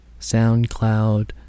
SoundCloud